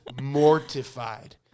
mortified